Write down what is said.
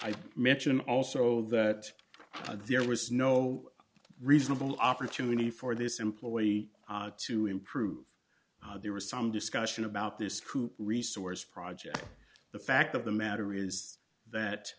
you mention also that there was no reasonable opportunity for this employee to improve there was some discussion about this coop resource project the fact of the matter is that